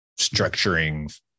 structuring